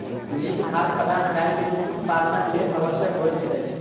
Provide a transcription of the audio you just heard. नीक खाद्य पदार्थ गाय के दूध उत्पादनक लेल आवश्यक होइत अछि